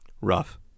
rough